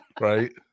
Right